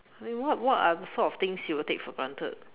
I mean what what are the sort of things you will take for granted